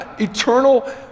eternal